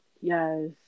Yes